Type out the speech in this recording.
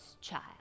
child